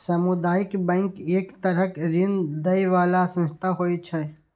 सामुदायिक बैंक एक तरहक ऋण दै बला संस्था होइ छै